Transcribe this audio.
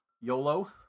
YOLO